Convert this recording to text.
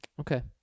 Okay